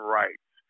rights